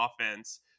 offense